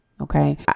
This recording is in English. okay